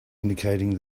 indicating